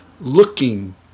looking